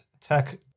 tech